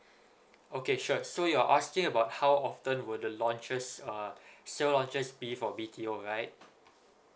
okay sure so you're asking about how often were the launches uh sale launches be for B_T_O right